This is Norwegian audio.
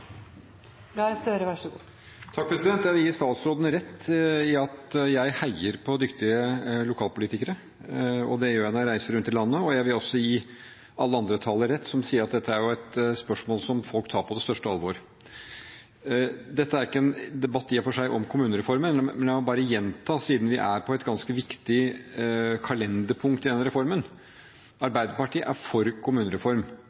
Jeg vil gi statsråden rett i at jeg heier på dyktige lokalpolitikere. Det gjør jeg når jeg reiser rundt i landet. Jeg vil også gi alle de andre talerne rett som sier at dette er et spørsmål som folk tar på det største alvor. Dette er ikke en debatt i og for seg om kommunereformen, men la meg bare gjenta, siden vi er på et ganske viktig kalenderpunkt i denne reformen: Arbeiderpartiet er for kommunereform.